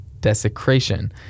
desecration